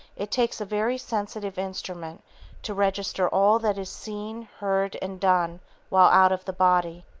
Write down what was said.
it takes a very sensitive instrument to register all that is seen, heard and done while out of the body.